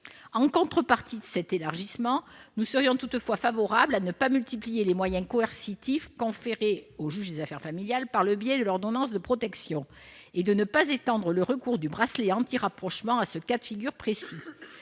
En contrepartie de cet élargissement, nous serions favorables à ne pas multiplier les moyens coercitifs conférés au juge des affaires familiales par le biais de l'ordonnance de protection et à ne pas étendre le recours du bracelet anti-rapprochement à ce cas de figure précis.